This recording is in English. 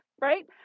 right